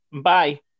Bye